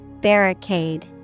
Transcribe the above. Barricade